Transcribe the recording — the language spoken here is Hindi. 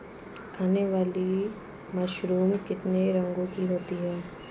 खाने वाली मशरूम कितने रंगों की होती है?